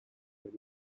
many